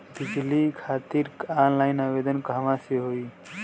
बिजली खातिर ऑनलाइन आवेदन कहवा से होयी?